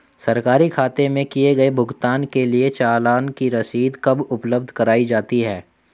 सरकारी खाते में किए गए भुगतान के लिए चालान की रसीद कब उपलब्ध कराईं जाती हैं?